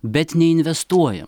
bet neinvestuojam